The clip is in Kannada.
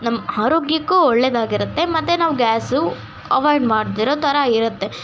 ನಮ್ಮ ಆರೋಗ್ಯಕ್ಕೂ ಒಳ್ಳೆದಾಗಿರುತ್ತೆ ಮತ್ತು ನಾವು ಗ್ಯಾಸು ಅವಾಯ್ಡ್ ಮಾಡದಿರೋ ಥರ ಇರುತ್ತೆ